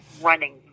running